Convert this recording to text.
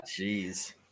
jeez